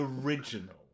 original